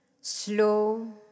slow